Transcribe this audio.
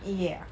ya